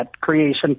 creation